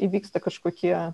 įvyksta kažkokie